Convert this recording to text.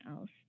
else